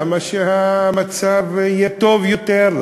למה שהמצב יהיה טוב יותר?